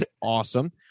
awesome